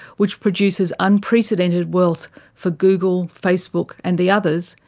which produces unprecedented wealth for google, facebook and the others,